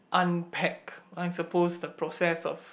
unpack I suppose the process of